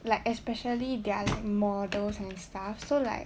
like especially their models and stuff so like